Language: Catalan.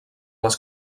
les